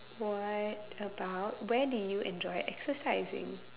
what about where do you enjoy exercising